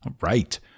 Right